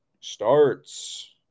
starts